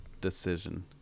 decision